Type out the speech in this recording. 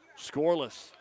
scoreless